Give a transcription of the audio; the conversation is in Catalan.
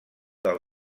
del